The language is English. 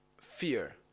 fear